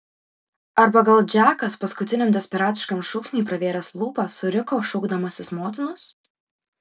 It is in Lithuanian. arba gal džekas paskutiniam desperatiškam šūksniui pravėręs lūpas suriko šaukdamasis motinos